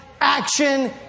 action